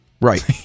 Right